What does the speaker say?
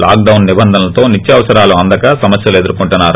lockdown నిబంధనలతో నిత్యావసరాలు అందక సమస్యలు ఎదుర్కొంటున్నారు